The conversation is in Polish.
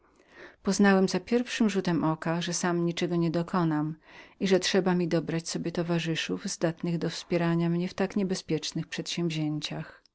poznałem za pierwszym rzutem oka że sam niczego nie dokonam i że potrzeba było dobrać sobie towarzyszów godnych do wspierania mnie w tak niebezpiecznych przedsięwzięciach